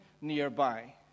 nearby